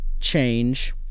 change